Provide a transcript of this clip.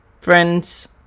friends